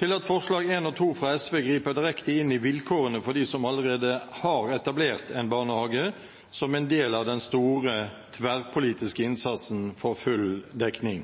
til at forslagene nr. 1 og 2 fra SV griper direkte inn i vilkårene for dem som allerede har etablert en barnehage som en del av den store, tverrpolitiske innsatsen for full dekning.